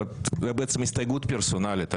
זו בעצם הסתייגות פרסונלית,